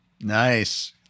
Nice